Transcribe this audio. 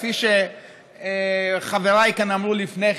כפי שחבריי כאן אמרו לפני כן,